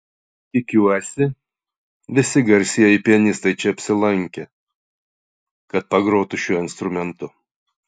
tikiuosi visi garsieji pianistai čia apsilankė kad pagrotų šiuo instrumentu